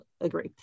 agree